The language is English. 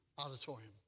auditorium